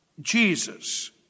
Jesus